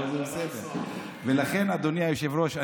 אדוני היושב-ראש,